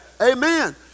Amen